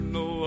no